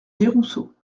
desrousseaux